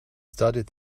studied